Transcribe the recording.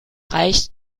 reicht